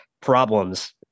problems